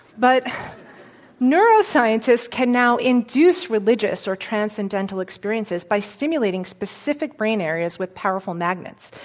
but neuroscientists can now induce religious or transcendental experiences by stimulating specific brain areas with powerful magnets,